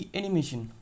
animation